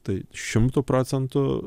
tai šimtu procentų